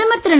பிரதமர் திரு